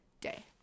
day